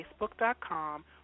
facebook.com